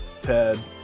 Ted